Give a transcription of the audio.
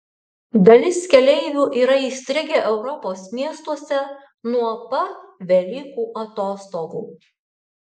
dalis keleivių yra įstrigę europos miestuose nuo pat velykų atostogų